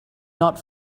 not